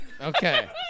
Okay